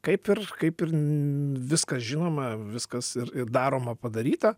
kaip ir kaip ir viskas žinoma viskas ir ir daroma padaryta